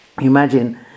imagine